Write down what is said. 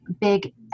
big